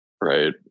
Right